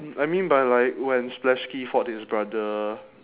I mean by like when splashske fought his brother